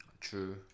True